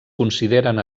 consideren